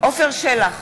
עפר שלח,